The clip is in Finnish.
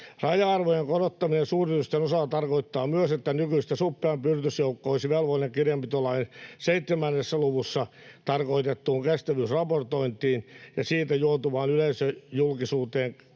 Raja-arvojen korottaminen suuryritysten osalta tarkoittaa myös, että nykyistä suppeampi yritysjoukko olisi velvollinen kirjanpitolain 7 luvussa tarkoitettuun kestävyysraportointiin ja siitä johtuvaan yleisöjulkisuuteen